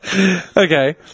Okay